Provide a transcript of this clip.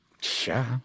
Sure